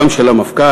גם של המפכ"ל,